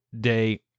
day